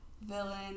villain